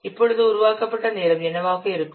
இப்பொழுது உருவாக்கப்பட்ட நேரம் என்னவாக இருக்கும்